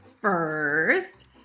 first